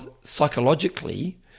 psychologically